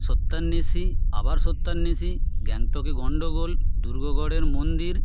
সত্যান্বেষী আবার সত্যান্বেষী গ্যাংটকে গন্ডগোল দূর্গগড়ের মন্দির